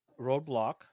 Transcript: roadblock